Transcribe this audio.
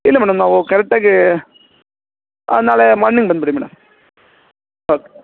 ಇಲ್ಲ ಮೇಡಮ್ ನಾವು ಕರೆಕ್ಟ್ ಆಗಿ ನಾಳೆ ಮಾರ್ನಿಂಗ್ ಬಂದುಬಿಡಿ ಮೇಡಮ್ ಓಕ್